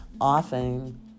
often